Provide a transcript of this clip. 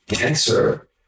answer